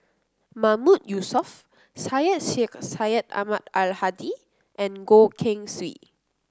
Mahmood Yusof Syed Sheikh Syed Ahmad Al Hadi and Goh Keng Swee